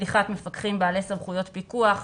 שליחת מפקחים בעלי סמכויות פיקוח,